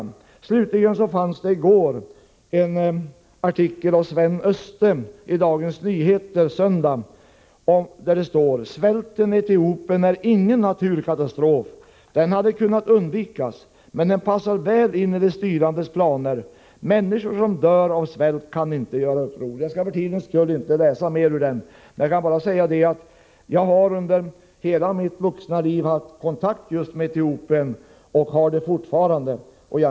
Det fanns i går en artikel av Sven Öste i Dagens Nyheter, där det står: ”Svälten i Etiopien är ingen naturkatastrof, den hade kunnat undvikas. Men den passar väl in i de styrandes planer. Människor som dör av svält kan inte göra uppror.” Jag skall av tidsskäl inte läsa mer ur denna artikel. Jag kan dock säga att jag under hela mitt vuxna liv har haft kontakter med just Etiopien och har det fortfarande.